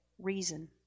reason